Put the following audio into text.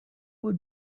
would